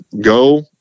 go